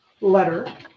letter